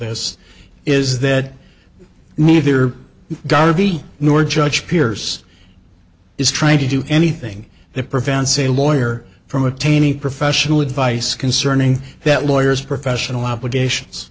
this is that neither garvey nor judge pierce is trying to do anything that prevents a lawyer from attaining professional advice concerning that lawyers professional obligations